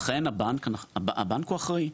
אכן, הבנק הוא אחראי.